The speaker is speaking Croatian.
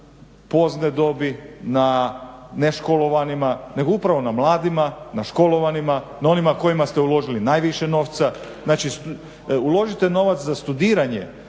pozne dobi, neškolovanima nego upravo na mladima, na školovanima, na onima kojima ste uložili najviše novca, znači uložite novac za studiranje,